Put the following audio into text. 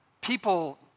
people